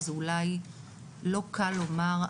וזה אולי לא קל לומר,